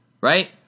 right